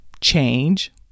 change